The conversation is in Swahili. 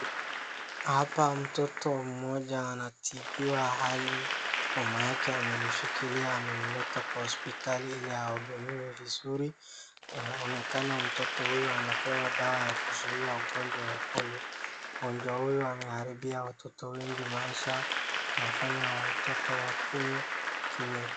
Hapa mtoto mmoja anatibiwa hali, mama yake amemshikilia amemleta kwa hospitali ili atibiwe vizuri. Inaonekana mtoto huyu anapewa dawa ya kuzuia ugonjwa ya Polio. Ugonjwa huyu ameharibia watoto wengi maisha, inafanya mtoto akuwe kiwete.